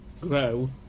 grow